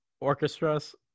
orchestras